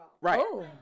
Right